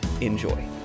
Enjoy